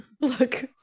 Look